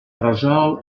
resol